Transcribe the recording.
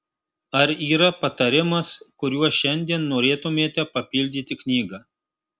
ar yra patarimas kuriuo šiandien norėtumėte papildyti knygą